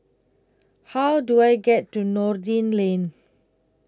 How Do I get to Noordin Lane